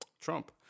Trump